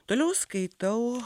toliau skaitau